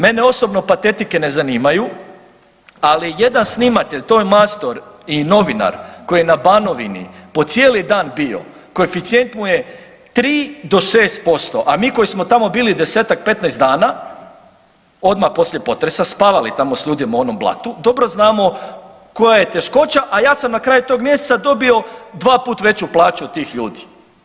Mene osobno patetike ne zanimaju, ali jedan snimatelj, ton majstor i novinar, koji na Banovini na cijeli dan bio, koeficijent mu je 3 – 6%, a mi koji smo tamo bili desetak, 15 dana odmah poslije potresa, spavali tamo s ljudima u onom blatu dobro znamo koja je teškoća, a ja sam na kraju tog mjeseca dobio dvaput veću plaću od tih ljudi.